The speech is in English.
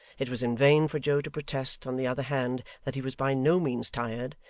it was in vain for joe to protest on the other hand that he was by no means tired,